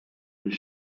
bir